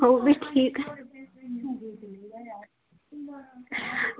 ओह् बी ठीक ऐ